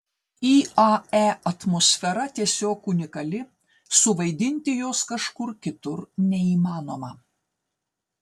iae atmosfera tiesiog unikali suvaidinti jos kažkur kitur neįmanoma